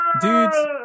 Dudes